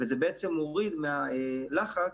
דבר שמוריד מהלחץ